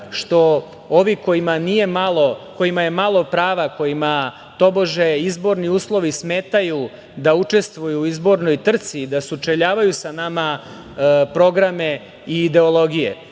odnosno kojima je malo prava, kojima tobože izborni uslovi smetaju da učestvuju u izbornoj trci i da se sučeljavaju sa nama programe i ideologije.